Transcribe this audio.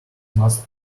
must